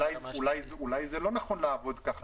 אולי זה לא נכון לעבוד ככה.